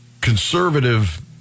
conservative